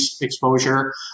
exposure